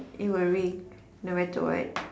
it will ring no matter what